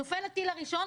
נופל הטיל הראשון,